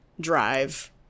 drive